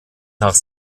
nach